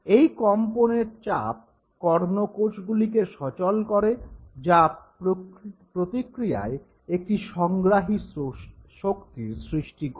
এই কম্পনের চাপ কর্ণকোষগুলিকে সচল করে যা প্রতিক্রিয়ায় একটি সংগ্রাহী শক্তির সৃষ্টি করে